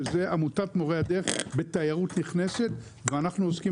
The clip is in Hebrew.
שזה עמותת מורי הדרך בתיירות נכנסת ואנחנו עוסקים